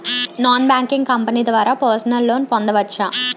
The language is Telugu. నాన్ బ్యాంకింగ్ కంపెనీ ద్వారా పర్సనల్ లోన్ పొందవచ్చా?